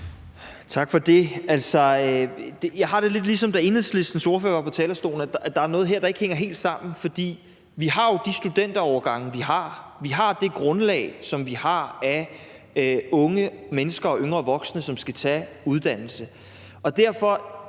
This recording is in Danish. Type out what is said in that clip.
ordfører var på talerstolen, altså at der er noget her, der ikke helt hænger sammen. Vi har jo de studenterårgange, vi har. Vi har det grundlag, som vi har, af unge mennesker og yngre voksne, som skal tage uddannelse.